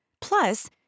Plus